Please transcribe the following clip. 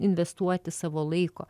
investuoti savo laiko